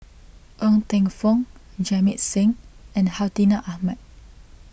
Ng Teng Fong Jamit Singh and Hartinah Ahmad